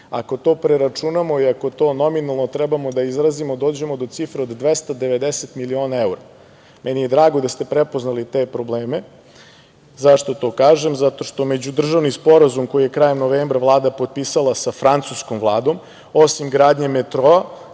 Ako to preračunamo i ako to nominalno treba da izrazimo, dođemo do cifre od 290 miliona evra. Meni je drago da ste prepoznali te probleme.Zašto to kažem? Zato što međudržavni sporazum koji je krajem novembra Vlada potpisala sa francuskom Vladom, osim gradnje metroa